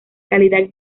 calidad